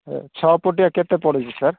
ଏ ଛଅ ଫୁଟିଆ କେତେ ପଡ଼ିବ ସାର୍